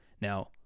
Now